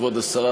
כבוד השרה,